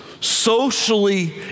socially